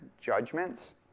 judgments